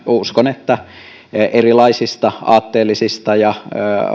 uskon että erilaisista aatteellisista ja